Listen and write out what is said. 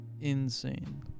insane